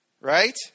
right